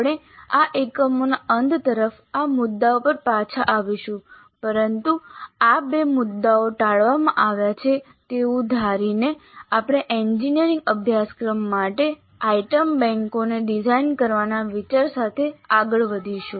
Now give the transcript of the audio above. આપણે આ એકમોના અંત તરફ આ મુદ્દાઓ પર પાછા આવીશું પરંતુ આ બે મુદ્દાઓ ટાળવામાં આવ્યા છે તેવું ધારીને આપણે એન્જિનિયરિંગ અભ્યાસક્રમ માટે આઇટમ બેન્કોને ડિઝાઇન કરવાના વિચાર સાથે આગળ વધીશું